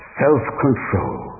self-control